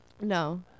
No